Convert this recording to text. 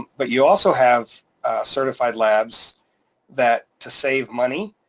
but you also have certified labs that. to save money,